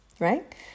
right